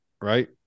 right